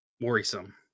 worrisome